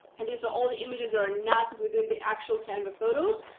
and it's all the images are not within the actual canva photos.